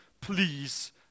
please